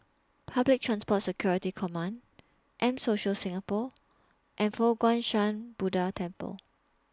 Public Transport Security Command M Social Singapore and Fo Guang Shan Buddha Temple